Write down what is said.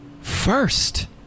first